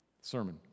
Sermon